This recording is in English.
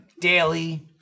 Daily